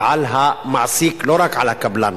גם על המעסיק ולא רק על הקבלן.